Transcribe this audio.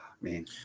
man